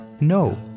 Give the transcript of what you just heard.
No